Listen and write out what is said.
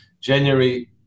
January